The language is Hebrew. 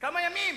כמה ימים